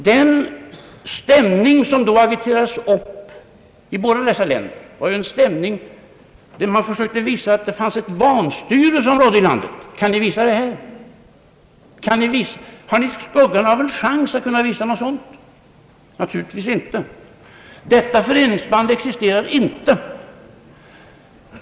Den stämning som agiterades upp i dessa båda länder gick ut på att man där försökte visa att det rådde ett vanstyre. Kan ni visa det här? Har ni skuggan av en chans till detta? Naturligtvis inte! Detta föreningsband existerar inte.